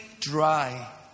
dry